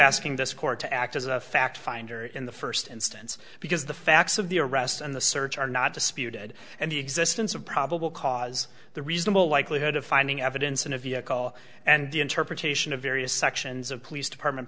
asking this court to act as a fact finder in the first instance because the facts of the arrest and the search are not disputed and the existence of probable cause the reasonable likelihood of finding evidence in a vehicle and the interpretation of various sections of police department